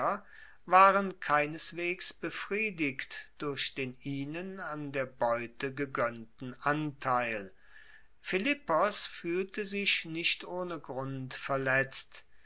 waren keineswegs befriedigt durch den ihnen an der beute gegoennten anteil philippos fuehlte sich nicht ohne grund verletzt